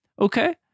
okay